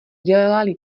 dělali